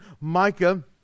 Micah